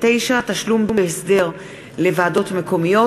69) (תשלום בהסדר לוועדות מקומיות),